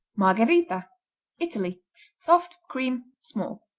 margherita italy soft cream small.